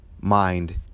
mind